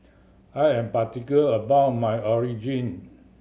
I am particular about my